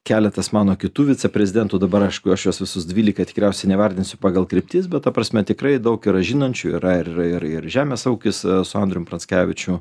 keletas mano kitų viceprezidentų dabar aišku aš juos visus dvylika tikriausiai nevardinsiu pagal kryptis bet ta prasme tikrai daug yra žinančių yra ir ir žemės ūkis su andrium pranskevičiu